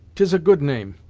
tis a good name!